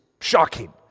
shocking